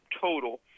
total